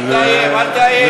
אל תאיים.